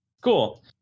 cool